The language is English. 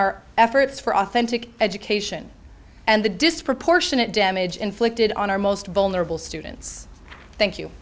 our efforts for authentic education and the disproportionate damage inflicted on our most vulnerable students thank you